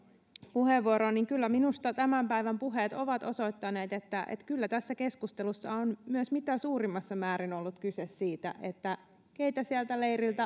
puheenvuoroon kyllä minusta tämän päivän puheet ovat osoittaneet että että tässä keskustelussa on myös mitä suurimmassa määrin ollut kyse siitä että keitä sieltä leiriltä